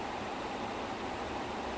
துருவ Natchathiram natchathiram is coming out